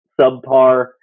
subpar